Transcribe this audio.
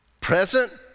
present